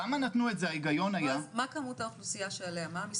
מה כמות האוכלוסייה שעליה אתה מדבר?